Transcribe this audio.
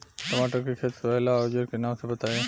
टमाटर के खेत सोहेला औजर के नाम बताई?